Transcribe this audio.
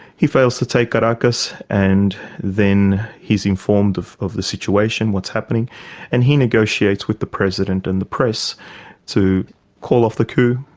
he fails to take caracas and then he's informed of of the situation what's happening and he negotiates with the president and the press to call off the coup,